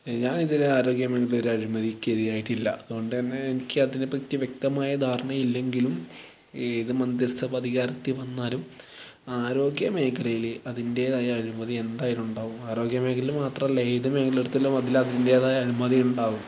ഞാൻ ഇതുവരെ ആരോഗ്യമേഖലയിൽ ഒരു അഴിമതിയ്ക്ക് ഇരയായിട്ടില്ല അതുകൊണ്ടുതന്നെ എനിക്ക് അതിനെപ്പറ്റി വ്യക്തമായ ധാരണ ഇല്ലെങ്കിലും ഏതു മന്ത്രിസഭ അധികാരത്തിൽ വന്നാലും ആരോഗ്യമേഖലയിൽ അതിൻ്റേതായ അഴിമതി എന്തായാലും ഉണ്ടാവും ആരോഗ്യമേഖയിൽ മാത്രമല്ല ഏതു മേഖല എടുത്താലും അതിൽ അതിൻ്റേതായ അഴിമതികൾ ഉണ്ടാവും